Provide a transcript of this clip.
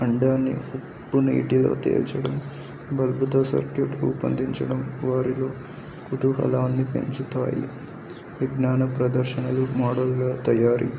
అండాన్ని ఉప్పు నీటిలో తేల్చడం బల్బుతో సర్క్యూట్ రూపొందించడం వారిలో కుతుహలాన్ని పెంచుతాయి విజ్ఞాన ప్రదర్శనలు మోడగా తయారీ